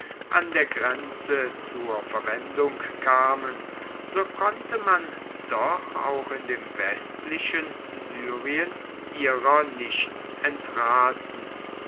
an der grenze zur verwendung kamen so konnte man doch auch in dem westlichen syrien ihrer nicht entraten